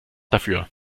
dafür